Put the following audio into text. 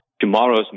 tomorrow's